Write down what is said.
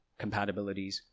compatibilities